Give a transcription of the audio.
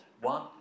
One